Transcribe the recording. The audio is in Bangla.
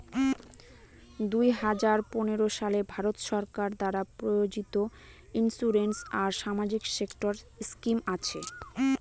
দুই হাজার পনেরো সালে ভারত সরকার দ্বারা প্রযোজিত ইন্সুরেন্স আর সামাজিক সেক্টর স্কিম আছে